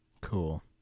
Cool